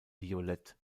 violett